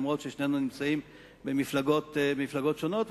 אף-על-פי ששנינו במפלגות שונות,